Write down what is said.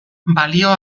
balio